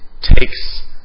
takes